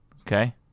Okay